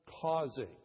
causing